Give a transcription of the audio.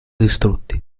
distrutti